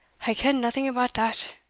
i ken naething about that,